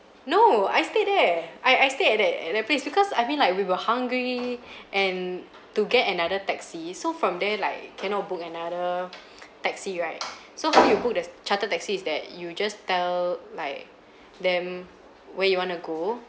no I stayed there I I stayed at that at that place because I mean like we were hungry and to get another taxi so from there like cannot book another taxi right so you book the chartered taxi is that you just tell like them where you want to go